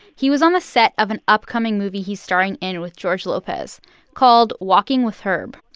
he was on the set of an upcoming movie he's starring in with george lopez called walking with herb.